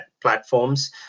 platforms